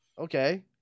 Okay